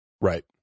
Right